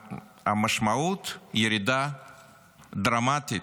המשמעות: ירידה דרמטית,